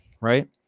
right